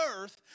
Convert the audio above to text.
earth